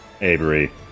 Avery